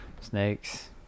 snakes